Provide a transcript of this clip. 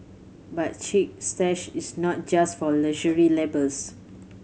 but Chic Stash is not just for luxury labels